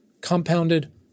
compounded